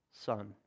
Son